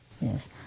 yes